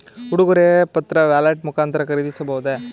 ಉಡುಗೊರೆ ಪತ್ರ ವ್ಯಾಲೆಟ್ ಮುಖಾಂತರ ಖರೀದಿಸಬಹುದೇ?